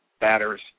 batters